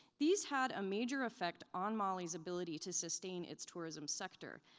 these had a major effect on mali's ability to sustain its tourism sector.